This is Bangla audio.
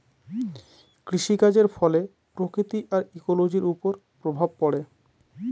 কৃষিকাজের ফলে প্রকৃতি আর ইকোলোজির ওপর প্রভাব পড়ে